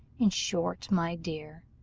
in short, my dear,